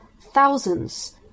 Thousands